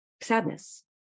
sadness